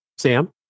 Sam